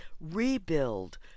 rebuild